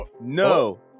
no